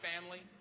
family